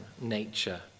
nature